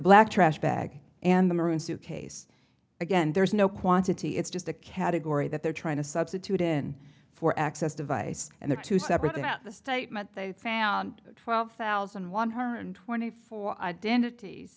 black trash bag and the maroon suitcase again there is no quantity it's just a category that they're trying to substitute in for access device and that to separate out the statement they found twelve thousand one hundred twenty four identit